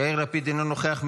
יאיר לפיד, אינו נוכח.